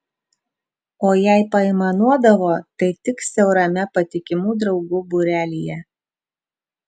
o jei paaimanuodavo tai tik siaurame patikimų draugų būrelyje